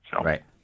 Right